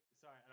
sorry